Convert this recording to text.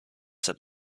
sent